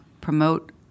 promote